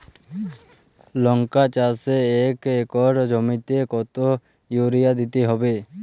লংকা চাষে এক একর জমিতে কতো ইউরিয়া দিতে হবে?